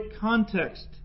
context